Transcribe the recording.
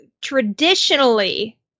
traditionally